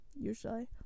usually